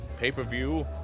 pay-per-view